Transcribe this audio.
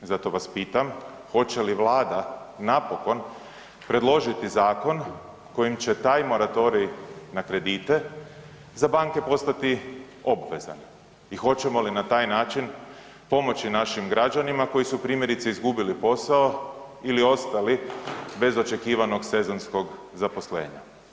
Zato vas pitam hoće li vlada napokon predložiti zakon kojim će taj moratorij na kredite za banke postati obvezan i hoćemo li na taj način pomoći našim građanima koji su primjerice izgubili posao ili ostali bez očekivanog sezonskog zaposlenja?